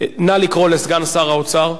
הצעות לסדר-היום מס' 8062,